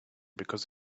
because